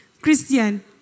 Christian